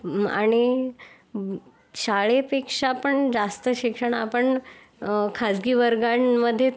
आणि शाळेपेक्षा पण जास्त शिक्षण आपण खाजगी वर्गांमध्येच